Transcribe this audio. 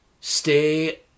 Stay